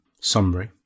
summary